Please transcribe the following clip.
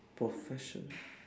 professional